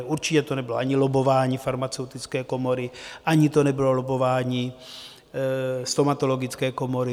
Určitě to nebylo ani lobbování farmaceutické komory, ani to nebylo lobbování stomatologické komory.